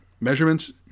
Measurements